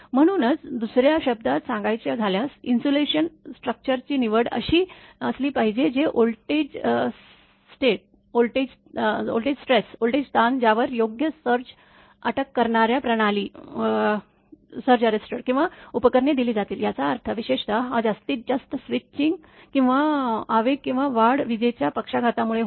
म्हणूनच दुस या शब्दांत सांगायचे झाल्यास इन्सुलेशन स्ट्रक्चरची निवड अशी असली पाहिजे जे वोल्टेज स्ट्रेस्स व्होल्टेज ताण ज्यावर योग्य सर्ज अटक करणाऱ्या प्रणाली किंवा उपकरणे दिली जातील याचा अर्थ विशेषतः हा जास्तीत जास्त स्विच किंवा आवेग किंवा वाढ विजेच्या पक्षाघातामुळे होते